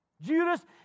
Judas